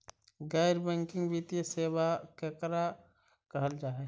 गैर बैंकिंग वित्तीय सेबा केकरा कहल जा है?